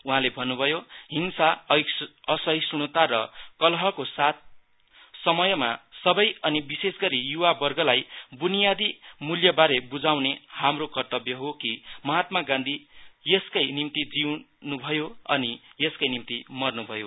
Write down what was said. उहाँले भन्नुभयो हिंसा असहिष्णुता र कलहको समयमा सबै अनि विशेषगरी युवा वर्णलाई बुनियादी मुल्यबारे बुझाउने हाम्रो कर्तव्य हो कि महात्मा गान्धी यसकै निम्ति जिउनु भयो अनि यसकै निम्ति मर्नुभयो